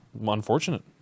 unfortunate